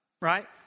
right